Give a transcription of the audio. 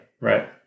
Right